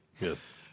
Yes